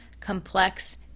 complex